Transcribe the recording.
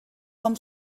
com